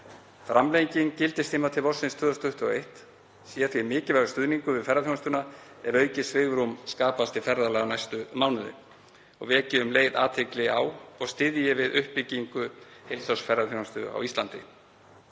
Framlenging gildistíma til vorsins 2021 sé því mikilvægur stuðningur við ferðaþjónustuna ef aukið svigrúm skapast til ferðalaga næstu mánuði og veki um leið athygli á og styðji við uppbyggingu heilsársferðaþjónustu á Íslandi.